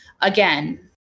Again